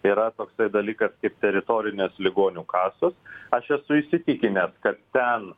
yra toksai dalykas kaip teritorinės ligonių kasos aš esu įsitikinęs kad ten